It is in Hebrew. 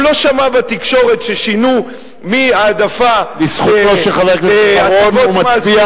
הוא לא שמע בתקשורת ששינו מהעדפה להטבות מס,